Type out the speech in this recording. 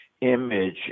image